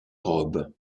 robe